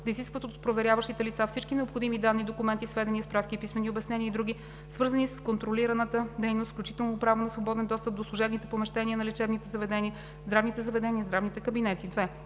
да изискват от проверяваните лица всички необходими данни, документи, сведения, справки и писмени обяснения и други, свързани с контролираната дейност, включително право на свободен достъп до служебните помещения на лечебните заведения, здравните заведения и здравните кабинети;